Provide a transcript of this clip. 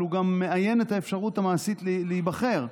אבל הוא גם מאיין את האפשרות המעשית להיבחר,